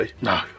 No